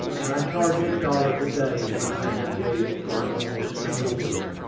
and i charge eight dollars a day when i am engaged for only a single week.